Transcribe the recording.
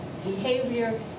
behavior